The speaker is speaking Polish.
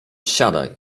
siadaj